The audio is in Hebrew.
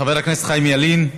חבר הכנסת חיים ילין.